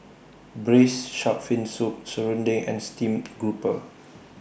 Braised Shark Fin Soup Serunding and Steamed Grouper